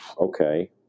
okay